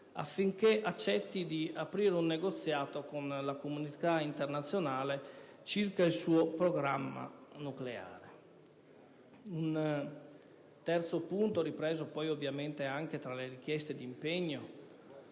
affinché accetti di aprire un negoziato con la comunità internazionale circa il suo programma nucleare. Un terzo punto, ripreso poi anche tra le richieste di impegno